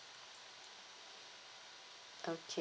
okay